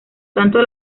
tanto